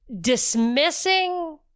dismissing